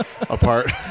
apart